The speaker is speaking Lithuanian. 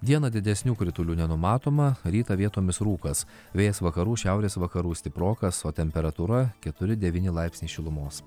dieną didesnių kritulių nenumatoma rytą vietomis rūkas vėjas vakarų šiaurės vakarų stiprokas o temperatūra keturi devyni laipsniai šilumos